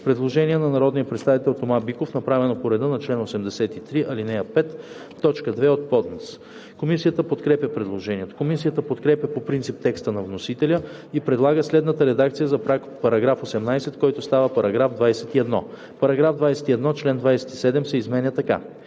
Предложение на народния представител Тома Биков, направено по реда на чл. 83, ал. 5, т. 2 от ПОДНС. Комисията подкрепя предложението. Комисията подкрепя по принцип текста на вносителя и предлага следната редакция за § 18, който става § 21: „§ 21. Член 27 се изменя така: